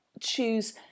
choose